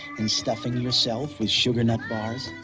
and stuffing yourselves with sugar-nut bars.